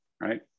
right